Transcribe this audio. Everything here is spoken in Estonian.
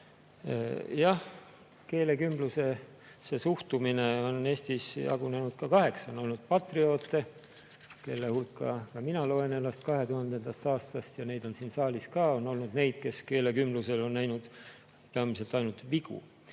teemal on see suhtumine Eestis jagunenud kaheks: on olnud patrioote, kelle hulka ka mina loen ennast 2000. aastast, ja neid on siin saalis ka, ning on olnud neid, kes keelekümblusel on näinud peamiselt ainult vigu.